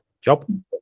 job